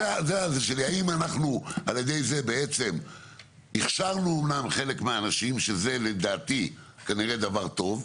על ידי זה אנחנו הכשרנו אמנם חלק מהאנשים אבל לדעתי זה כנראה דבר טוב.